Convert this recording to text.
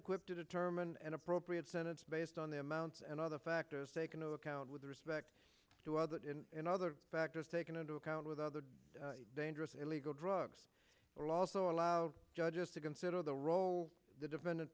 equipped to determine an appropriate sentence based on the amounts and other factors taken to account with respect to other and other factors taken into account with other dangerous illegal drugs are also allowed judges to consider the role the defendant